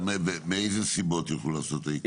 מאיזה סיבות יוכלו לעשות עיכוב?